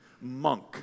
monk